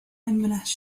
inverness